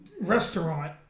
restaurant